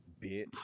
bitch